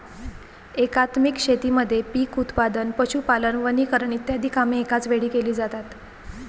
एकात्मिक शेतीमध्ये पीक उत्पादन, पशुपालन, वनीकरण इ कामे एकाच वेळी केली जातात